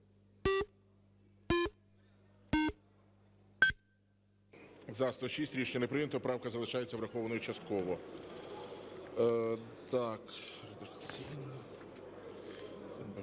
За-106 Рішення не прийнято. Правка залишається врахованою частково.